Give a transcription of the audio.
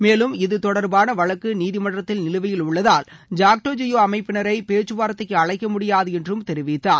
மேலும் இதுதொடர்பான வழக்கு நீதிமன்றத்தில் நிலுவையில் உள்ளதால் ஜாக்டோஜியோ அமைப்பினரை பேச்சுவார்த்தைக்கு அழைக்க முடியாது என்றும் தெரிவித்தார்